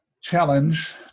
challenge